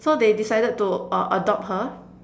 so they decided to uh adopt her